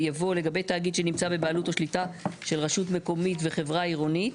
יבוא "לגבי תאגיד שנמצא בבעלות או שליטה של רשות מקומית וחברה עירונית,